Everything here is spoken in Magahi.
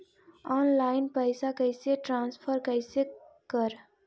ऑनलाइन पैसा कैसे ट्रांसफर कैसे कर?